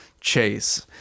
chase